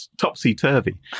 topsy-turvy